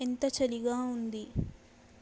ఎంత చలిగా ఉంది